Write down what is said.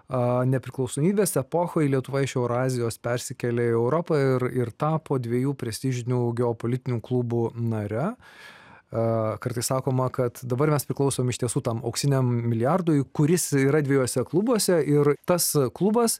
a nepriklausomybės epochoje lietuva iš eurazijos persikėlė į europą ir ir tapo dviejų prestižinių geopolitinių klubų nare a kartais sakoma kad dabar mes priklausom iš tiesų tam auksiniam milijardui kuris yra dviejuose klubuose ir tas klubas